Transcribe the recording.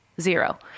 zero